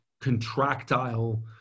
Contractile